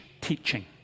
teaching